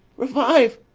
revive,